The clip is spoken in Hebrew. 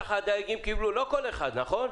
שהדייגים קיבלנו, לא כל אחד, נכון?